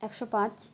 একশো পাঁচ